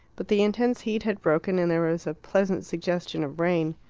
but the intense heat had broken, and there was a pleasant suggestion of rain.